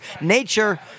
Nature